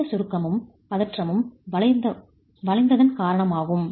இந்த சுருக்கமும் பதற்றமும் வளைந்ததன் காரணமாகும்